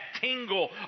tingle